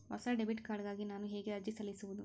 ಹೊಸ debit card ಗಾಗಿ ನಾನು ಹೇಗೆ ಅರ್ಜಿ ಸಲ್ಲಿಸುವುದು?